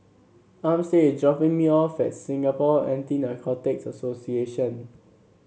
Armstead is dropping me off at Singapore Anti Narcotics Association